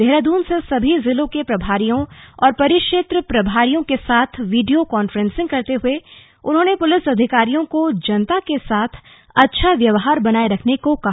देहरादून से सभी जिलों के प्रभारियों और परिक्षेत्र प्रभारियों के साथ वीडियों कांफ्रेंसिंग करते हुए उन्होंने पुलिस अधिकारियों को जनता के साथ अच्छा व्यवहार बनाए रखने को कहा